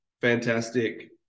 Fantastic